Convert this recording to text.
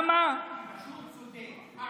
אתה פשוט צודק.